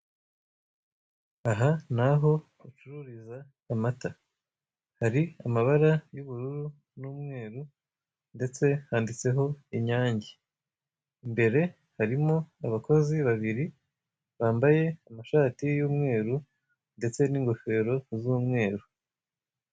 Aha ni aho bacururiza amata. Hari amabara y'ubururu n'umweru, ndetse handitseho inyange. Imbere harimo abakozi babiri bambaye amashati y'umweru ndetse n'ingofero z'umweru.